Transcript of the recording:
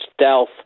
stealth